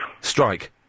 Strike